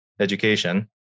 education